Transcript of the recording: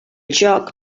joc